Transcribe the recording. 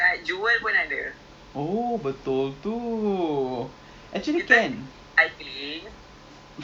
we never go at there maybe we can go there lor check it out twelve dollar for twelve pieces !wah! shiok sia